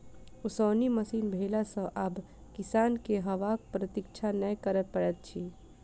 ओसौनी मशीन भेला सॅ आब किसान के हवाक प्रतिक्षा नै करय पड़ैत छै